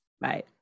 Bye